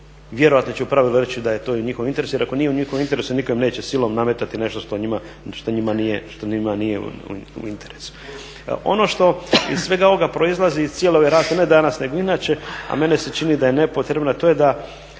Vjerojatno će u pravilu reći da je to i njihov interes, jer ako nije u njihovom interesu nitko im neće silom nametati nešto što njima nije u interesu. Ono što iz svega ovoga proizlazi iz cijele ove rasprave, ne danas nego inače, a meni se čini da je nepotrebno, to je da